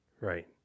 Right